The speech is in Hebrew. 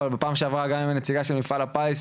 אבל בפעם שעברה גם הנציגה של מפעל הפיס,